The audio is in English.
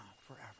forever